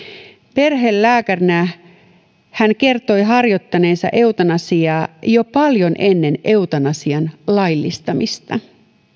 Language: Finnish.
perhelääkärinä hän kertoi harjoittaneensa eutanasiaa jo paljon ennen eutanasian laillistamista